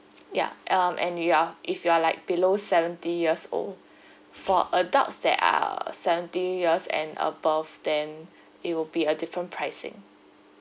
ya um and you are if you are like below seventy years old for adults that are uh seventy years and above then it will be a different pricing